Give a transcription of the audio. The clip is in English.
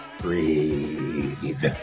Breathe